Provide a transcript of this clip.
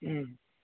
ꯎꯝ